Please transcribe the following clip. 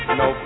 no